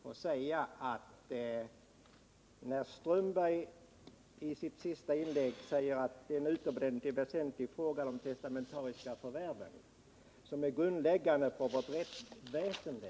Herr talman! Jag vill säga några ord till protokollet. Karl-Erik Strömberg sade i sitt senaste inlägg att frågan om de testamentariska förvärven är utomordentligt väsentlig och att den är grundläggande för vårt rättsväsende.